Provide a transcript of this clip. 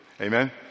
Amen